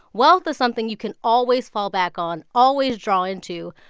wealth is something you can always fall back on, always draw into.